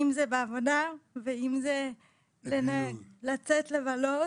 אם זה בעבודה ואם זה לצאת לבלות,